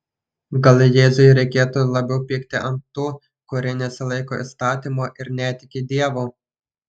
gal jėzui reikėtų labiau pykti ant tų kurie nesilaiko įstatymo ir netiki dievu